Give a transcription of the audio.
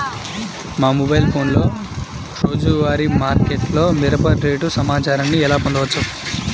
మా మొబైల్ ఫోన్లలో రోజువారీ మార్కెట్లో మిరప రేటు సమాచారాన్ని ఎలా పొందవచ్చు?